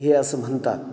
हे असं म्हणतात